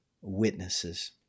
witnesses